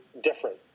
different